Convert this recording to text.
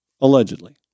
allegedly